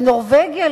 בנורבגיה,